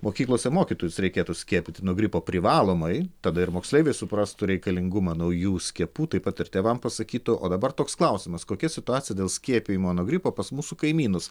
mokyklose mokytojus reikėtų skiepyti nuo gripo privalomai tada ir moksleiviai suprastų reikalingumą naujų skiepų taip pat ir tėvam pasakytų o dabar toks klausimas kokia situacija dėl skiepijimo nuo gripo pas mūsų kaimynus